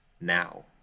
now